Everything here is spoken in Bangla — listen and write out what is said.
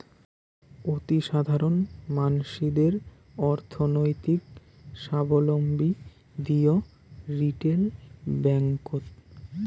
অতিসাধারণ মানসিদের অর্থনৈতিক সাবলম্বী দিই রিটেল ব্যাঙ্ককোত